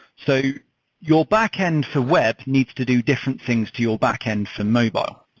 so your backend for web needs to do different things to your backend for mobile.